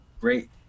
Great